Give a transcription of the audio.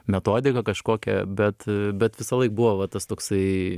metodika kažkokia bet bet visąlaik buvo va tas toksai